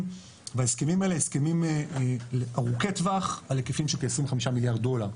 וההסכמים האלה הם הסכמים ארוכי טווח על היקפים של כ-25 מיליארד דולר.